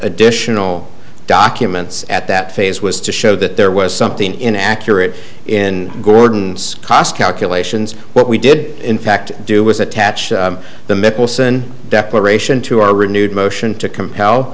additional documents at that phase was to show that there was something inaccurate in gordon's cost calculations what we did in fact do was attach the mickleson declaration to our renewed motion to compel